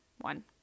one